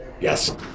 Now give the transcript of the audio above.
Yes